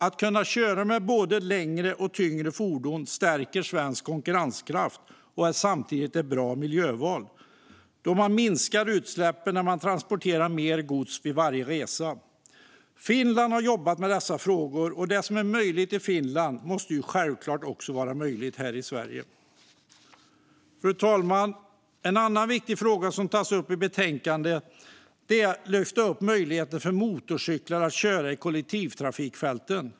Att kunna köra med både längre och tyngre fordon stärker svensk konkurrenskraft och är samtidigt ett bra miljöval, då man minskar utsläppen när man transporterar mer gods vid varje resa. Finland har jobbat med dessa frågor, och det som är möjligt i Finland måste självklart också vara möjligt här i Sverige. Fru talman! En annan viktig fråga som tas upp i betänkandet är möjligheten för motorcyklar att köra i kollektivtrafikfälten.